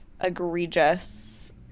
egregious